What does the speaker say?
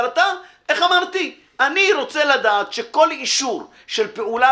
אבל אני רוצה לדעת שכל אישור של פעולה